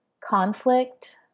conflict